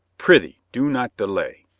prithee, do not delay.